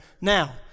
now